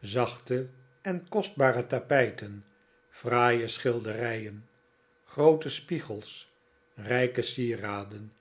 zachte en kostbare tapijten fraaie schilderijen groote spiegels rijke sieraden